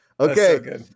Okay